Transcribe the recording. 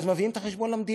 אז מביאים את החשבון למדינה.